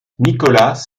nicholas